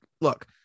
look